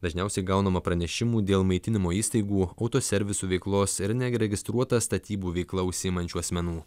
dažniausiai gaunama pranešimų dėl maitinimo įstaigų autoservisų veiklos ir neįregistruota statybų veikla užsiimančių asmenų